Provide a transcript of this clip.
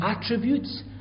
attributes